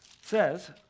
says